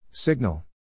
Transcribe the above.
Signal